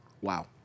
Wow